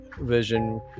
vision